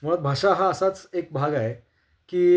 मुळात भाषा हा असाच एक भाग आहे की